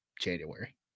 January